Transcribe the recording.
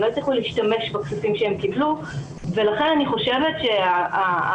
הם לא הצליחו להשתמש בכספים שהם קיבלו ולכן אני חושבת שהתקציבים